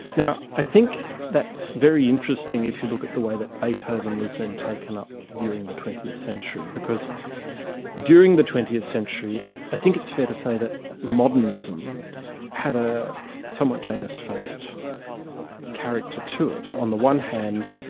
now i think that's very interesting if you look at the way that beethoven was then taken up during the twentieth century, because during the twentieth century i think it's fair to say that modernism had a somewhat jonas-faced character to it. on the one hand,